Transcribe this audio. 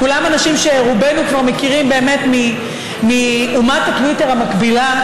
כולם אנשים שרובנו מכירים מאומת הטוויטר המקבילה,